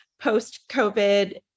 post-COVID